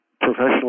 professional